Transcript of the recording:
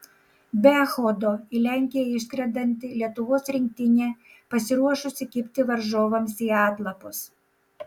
be echodo į lenkiją išskrendanti lietuvos rinktinė pasiruošusi kibti varžovams į atlapus